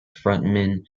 frontman